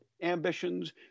ambitions